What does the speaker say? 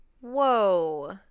whoa